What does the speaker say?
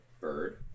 bird